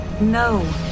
no